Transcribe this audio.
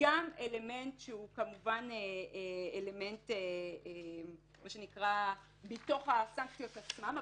יש גם אלמנט שהוא כמובן אלמנט שהוא מתוך הסנקציות עצמן,